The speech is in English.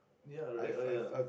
ya really oh ya